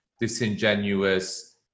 disingenuous